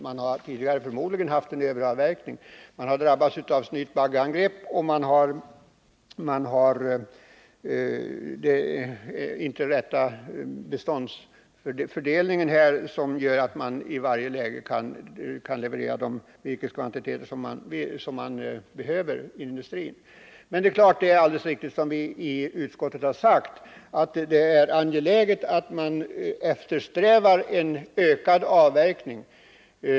Förmodligen har man tidigare haft en överavverkning, skogen har utsatts för snytbaggeangrepp och uppläggningen har inte varit sådan att leveranserna av de virkeskvantiteter som industrin behöver i varje läge kunnat garanteras. Som utskottet helt riktigt uttalar är det angeläget att man eftersträvar en ökad avverkning.